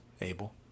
Abel